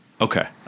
Okay